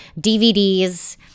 DVDs